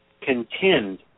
Contend